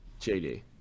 JD